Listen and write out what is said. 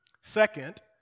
Second